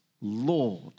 Lord